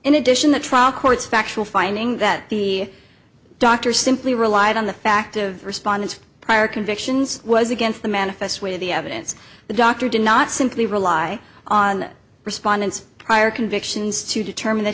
in addition the trial court's factual finding that the doctor simply relied on the fact of respondent prior convictions was against the manifest where the evidence the doctor did not simply rely on respondents prior convictions to determine that